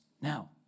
Now